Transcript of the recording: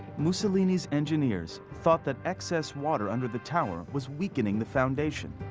mussolini's engineers thought that excess water under the tower was weakening the foundation.